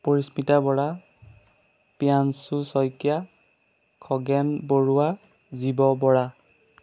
Parismita Bora Priyanchu Saikia Khagen Baruah Jib Bora